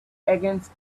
against